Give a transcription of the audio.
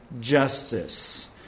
justice